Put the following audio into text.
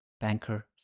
banker